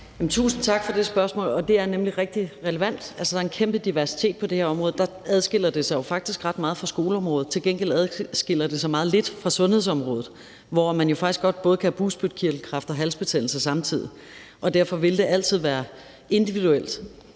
Tusind tak for det spørgsmål, og det er nemlig rigtig relevant. Der er en kæmpe diversitet på det her område, og der adskiller det sig jo faktisk ret meget fra skoleområdet. Til gengæld adskiller det sig meget lidt fra sundhedsområdet, hvor man jo faktisk godt kan have bugspytkirtelkræft og halsbetændelse samtidig, og derfor vil det altid på